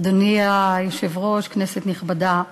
אדוני היושב-ראש, כנסת נכבדה,